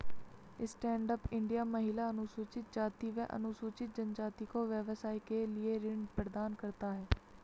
stand up India महिला, अनुसूचित जाति व अनुसूचित जनजाति को व्यवसाय के लिए ऋण प्रदान करता है